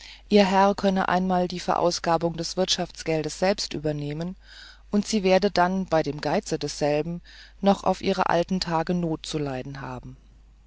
ihr herr könne einmal die verausgabung des wirtschaftsgeldes selbst übernehmen und sie werde dann bei dem geiz desselben noch auf ihre alten tage not zu leiden haben